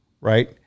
right